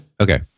Okay